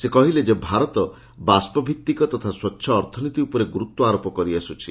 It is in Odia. ସେ କହିଲେ ଯେ ଭାରତ ବାଷ୍ବଭିଭିକ ତଥା ସ୍ୱ ଅର୍ଥନୀତି ଉପରେ ଗୁରୁତ୍ୱାରୋପ କରି ଆସୁଛି